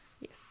Yes